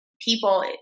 people